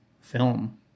film